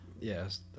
Yes